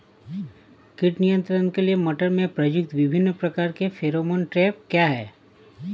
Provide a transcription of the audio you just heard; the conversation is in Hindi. कीट नियंत्रण के लिए मटर में प्रयुक्त विभिन्न प्रकार के फेरोमोन ट्रैप क्या है?